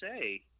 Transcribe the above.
say